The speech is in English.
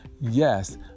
Yes